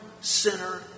sinner